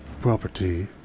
property